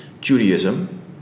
Judaism